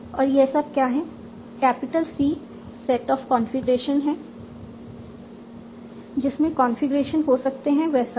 और यह सब क्या है capital C set of configurations हैं जितने कॉन्फ़िगरेशन हो सकते हैं वह सभी